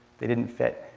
they didn't fit.